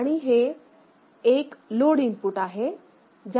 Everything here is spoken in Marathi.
आणि इथे हे एक लोड इनपुट आहे